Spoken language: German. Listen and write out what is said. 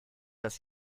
das